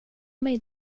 mig